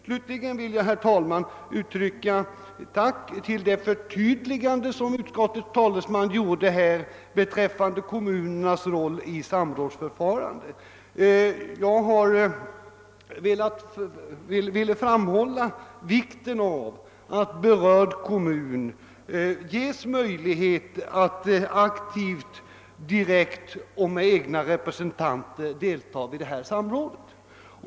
Slutligen vill jag, herr talman, ultrycka ett tack för det förtydligande som utskottets talesman gjorde här beträffande kommunernas roll i samrådsförförfarandet. Jag vill framhålla vikten av att berörd kommun ges möjlighet att aktivt, direkt och med egna representanter delta i detta samråd.